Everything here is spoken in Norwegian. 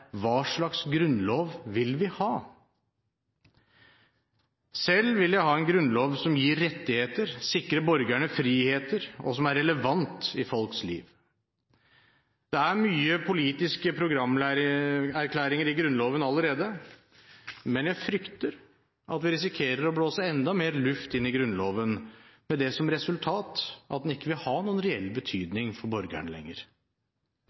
Hva slags grunnlov vil vi ha? Selv vil jeg ha en grunnlov som gir rettigheter, sikrer borgerne friheter, og som er relevant i folks liv. Det er mange politiske programerklæringer i Grunnloven allerede, men jeg frykter at vi risikerer å blåse enda mer luft inn i Grunnloven med det som resultat at den ikke vil ha noen reell betydning for borgerne lenger.